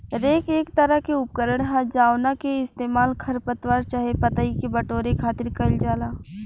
rake एक तरह के उपकरण ह जावना के इस्तेमाल खर पतवार चाहे पतई के बटोरे खातिर कईल जाला